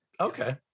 Okay